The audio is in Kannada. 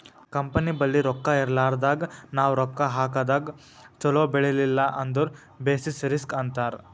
ಕಂಪನಿ ಬಲ್ಲಿ ರೊಕ್ಕಾ ಇರ್ಲಾರ್ದಾಗ್ ನಾವ್ ರೊಕ್ಕಾ ಹಾಕದಾಗ್ ಛಲೋ ಬೆಳಿಲಿಲ್ಲ ಅಂದುರ್ ಬೆಸಿಸ್ ರಿಸ್ಕ್ ಅಂತಾರ್